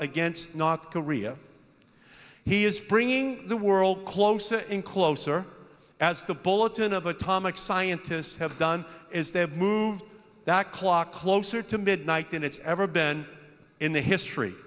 against north korea he is bringing the world closer and closer as the bulletin of atomic scientists have done is they've moved that clock closer to midnight than it's ever been in the history